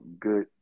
good